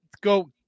go